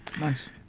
nice